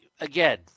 again